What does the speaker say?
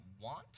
want